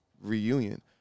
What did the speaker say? reunion